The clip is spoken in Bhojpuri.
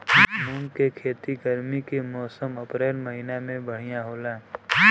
मुंग के खेती गर्मी के मौसम अप्रैल महीना में बढ़ियां होला?